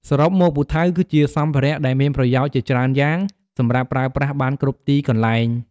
សរុមមកពូថៅគឺជាសម្ភារៈដែលមានប្រយោជន៍ជាច្រើនយ៉ាង សម្រាប់ប្រើប្រាស់បានគ្រប់ទីកន្លែង។